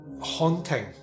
haunting